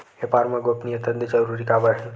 व्यापार मा गोपनीयता जरूरी काबर हे?